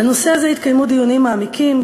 על הנושא הזה התקיימו דיונים מעמיקים,